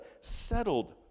settled